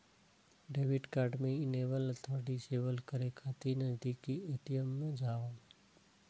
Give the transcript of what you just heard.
debit card कें enable अथवा disable करै खातिर नजदीकी ए.टी.एम जाउ